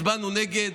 הצבענו נגד,